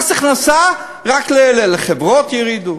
מס הכנסה, רק לחברות יורידו.